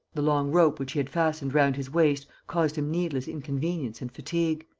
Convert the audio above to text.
the long rope which he had fastened round his waist caused him needless inconvenience and fatigue.